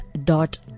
dot